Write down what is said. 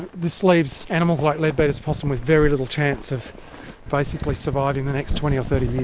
this leaves animals like leadbeater's possum with very little chance of basically surviving the next twenty or thirty years.